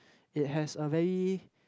it has a very